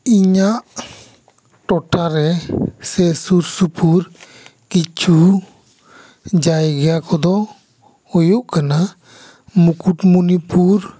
ᱤᱧᱟ ᱜ ᱴᱚᱴᱷᱟᱨᱮ ᱥᱮ ᱥᱩᱨ ᱥᱩᱯᱩᱨ ᱠᱤᱪᱷᱩ ᱡᱟᱭᱜᱟ ᱠᱚᱫᱚ ᱦᱩᱭᱩᱜ ᱠᱟᱱᱟ ᱢᱩᱠᱩᱴᱢᱚᱱᱤᱯᱩᱨ